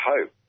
hope